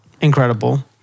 incredible